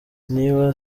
niba